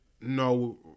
no